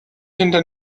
hinter